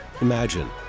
Imagine